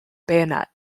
bayonet